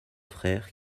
frères